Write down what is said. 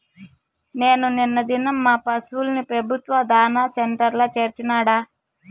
నేను నిన్న దినం మా పశుల్ని పెబుత్వ దాణా సెంటర్ల చేర్చినాడ